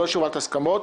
ללא אישור ועדת ההסכמות,